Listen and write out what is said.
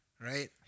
Right